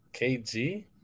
KG